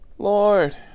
Lord